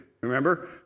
Remember